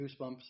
Goosebumps